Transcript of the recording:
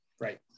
Right